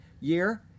year